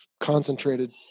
concentrated